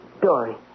Dory